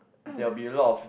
there'll be a lot of